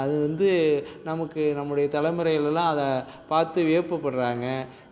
அது வந்து நமக்கு நம்மளுடைய தலைமுறைகள் எல்லாம் அதை பார்த்து வியப்புப் படுறாங்க